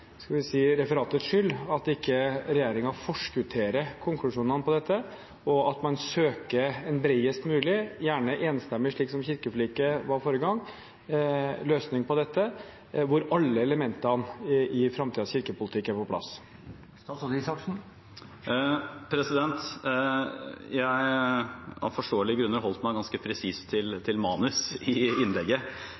referatets skyld – at ikke regjeringen forskutterer konklusjonene på dette, og at man søker en bredest mulig – gjerne enstemmig, slik som kirkeforliket var forrige gang – løsning på dette, hvor alle elementene i framtidens kirkepolitikk er på plass. Jeg har av forståelige grunner holdt meg ganske presist til manus i innlegget,